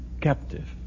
captive